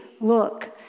look